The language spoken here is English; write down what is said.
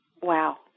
Wow